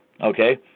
okay